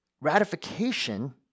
ratification